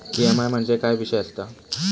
EMI म्हणजे काय विषय आसता?